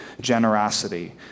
generosity